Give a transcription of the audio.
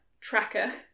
tracker